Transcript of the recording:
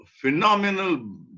phenomenal